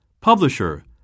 Publisher